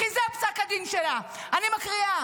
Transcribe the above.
כי זה פסק הדין שלה, ואני מקריאה: